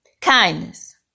Kindness